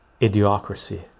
Idiocracy